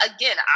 Again